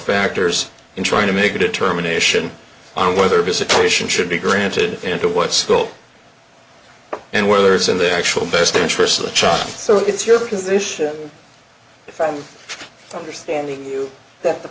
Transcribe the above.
factors in trying to make a determination on whether visitation should be granted and to what school and whether it's in the actual best interests of the child so it's your position if i'm understanding you that the